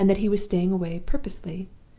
and that he was staying away purposely,